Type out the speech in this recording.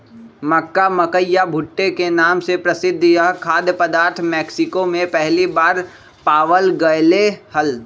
मक्का, मकई या भुट्टे के नाम से प्रसिद्ध यह खाद्य पदार्थ मेक्सिको में पहली बार पावाल गयले हल